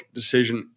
decision